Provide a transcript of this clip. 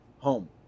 home